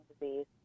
disease